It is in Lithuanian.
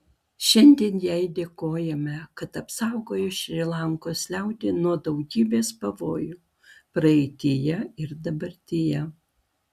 šiandien jai dėkojame kad apsaugojo šri lankos liaudį nuo daugybės pavojų praeityje ir dabartyje